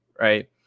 Right